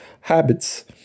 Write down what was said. habits